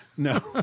No